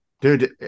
dude